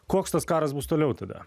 koks tas karas bus toliau tada